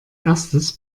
erstes